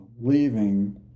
leaving